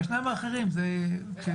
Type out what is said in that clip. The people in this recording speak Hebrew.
והשניים האחרים זה כשתמצאו.